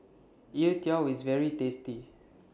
Youtiao IS very tasty